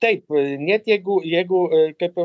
taip net jeigu jeigu kaip